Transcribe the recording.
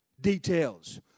details